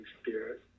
Spirit